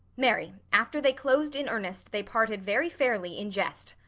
marry, after they clos'd in earnest, they parted very fairly in jest.